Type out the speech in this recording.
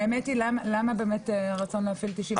למה הרצון להפעיל את 98?